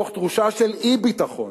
מתוך תחושה של אי-ביטחון,